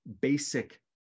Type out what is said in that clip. basic